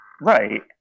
right